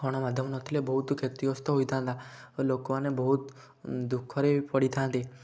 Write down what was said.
ଗଣମାଧ୍ୟମ ନଥିଲେ ବହୁତ କ୍ଷତିଗ୍ରସ୍ତ ହୋଇଥାନ୍ତା ଲୋକମାନେ ବହୁତ ଦୁଃଖରେ ପଡ଼ିଥାନ୍ତେ